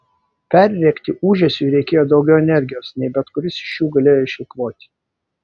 perrėkti ūžesiui reikėjo daugiau energijos nei bet kuris iš jų galėjo išeikvoti